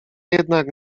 jednak